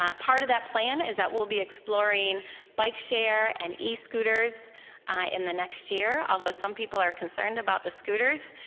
ah part of that plan is that we'll be exploring bike share and e-scooters in the next year, although some people are concerned about the scooters.